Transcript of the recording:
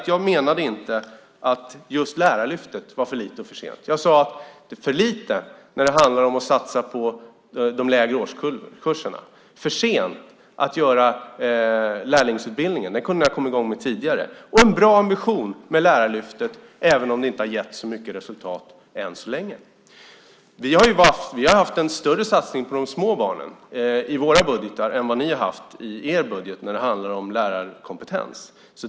Jag menade inte att Lärarlyftet var för lite och för sent. Jag sade att det var för lite när det handlar om att satsa på de lägre årskurserna, för sent att göra lärlingsutbildningen - den kunde ni ha kommit i gång med tidigare - och en bra ambition med Lärarlyftet, även om det ännu så länge inte har gett så mycket resultat. Vi har haft en större satsning på de små barnen i vår budget än vad ni har haft i er när det handlar om lärarkompetens.